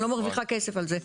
אני לא מרוויחה כסף על זה.